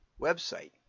website